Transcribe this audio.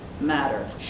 matter